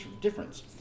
Difference